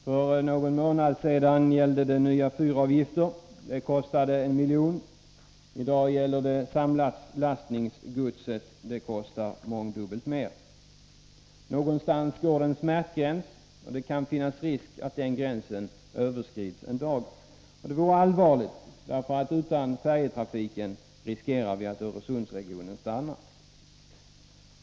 För någon månad sedan gällde det nya fyravgifter. Det kostade en miljon. I dag gäller det samlastningsgodset. Det kostar mångdubbelt mer. Någonstans går en smärtgräns, och det kan finnas risk för att den gränsen överskrids en dag. Det vore allvarligt, för utan färjetrafiken riskerar vi att Öresundsregionen stagnerar.